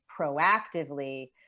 proactively